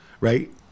right